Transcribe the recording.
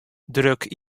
druk